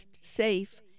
safe